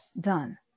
done